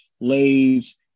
Lay's